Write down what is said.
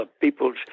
people's